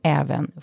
även